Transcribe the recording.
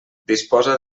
disposa